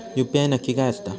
UPI नक्की काय आसता?